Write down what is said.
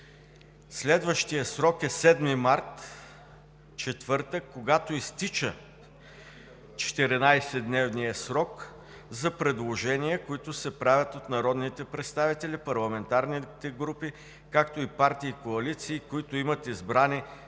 Следващият срок е 7 март 2019 г., четвъртък, когато изтича 14-дневният срок за предложения, които се правят от народните представители, парламентарните групи, както и партии и коалиции, които имат избрани